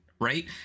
Right